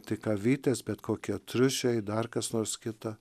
tik avytės bet kokie triušiai dar kas nors kita